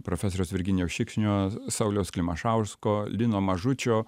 profesoriaus virginijaus šikšnio sauliaus klimašausko lino mažučio